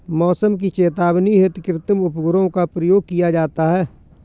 मौसम की चेतावनी हेतु कृत्रिम उपग्रहों का प्रयोग किया जाता है